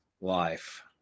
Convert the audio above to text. life